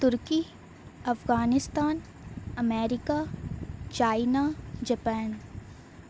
Turkey Afghanistan America China Japan